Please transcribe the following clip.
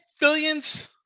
billions